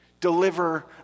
Deliver